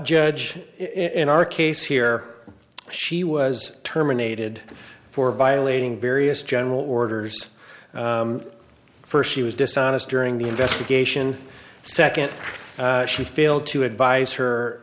judge in our case here she was terminated for violating various general orders first she was dishonest during the investigation second she failed to advise her